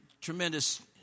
tremendous